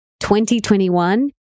2021